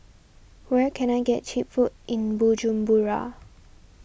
where can I get Cheap Food in Bujumbura